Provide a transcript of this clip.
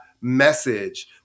message